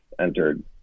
entered